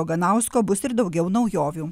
oganausko bus ir daugiau naujovių